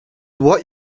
what